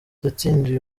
yatsindiwe